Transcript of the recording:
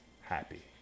happy